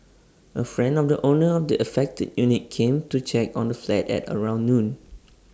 A friend of the owner of the affected unit came to check on the flat at around noon